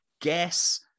guess